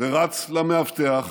ורץ למאבטח,